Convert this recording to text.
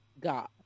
God